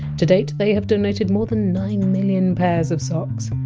to date, they have donated more than nine million pairs of socks.